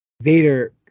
Vader